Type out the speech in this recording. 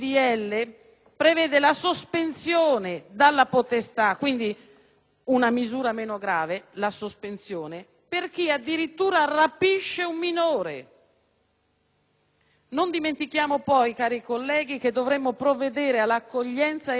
una misura meno grave, per chi addirittura rapisce un minore. Non dimentichiamo poi, cari colleghi, che dovremo provvedere all'accoglienza e alla cura di tutti i bambini tolti in questo modo ai genitori,